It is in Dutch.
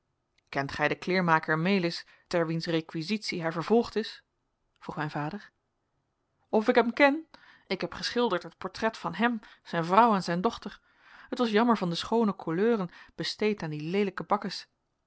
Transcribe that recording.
kent gij den kleêrmaker melisz ter wiens rekwisitie hij vervolgd is vroeg mijn vader of ik hem ken ik heb geschilderd het portret van hem zijn vrouw en zijn dochter t was jammer van de schoone coleuren besteed aan die leelijke bakkes